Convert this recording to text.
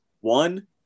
One